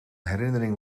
herinnering